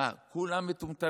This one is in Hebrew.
מה, כולם מטומטמים?